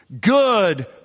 good